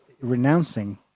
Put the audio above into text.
renouncing